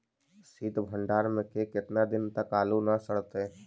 सित भंडार में के केतना दिन तक आलू न सड़तै?